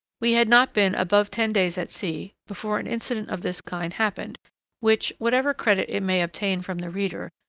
we had not been above ten days at sea before an incident of this kind happened which, whatever credit it may obtain from the reader,